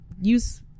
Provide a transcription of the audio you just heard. Use